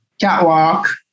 Catwalk